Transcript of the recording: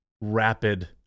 rapid